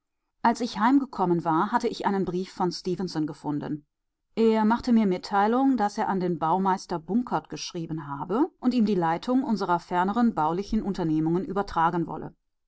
als ich heimgekommen war hatte ich einen brief von stefenson gefunden er machte mir mitteilung daß er an den baumeister bunkert geschrieben habe und ihm die leitung unserer ferneren baulichen unternehmungen übertragen wolle